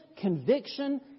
conviction